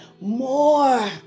more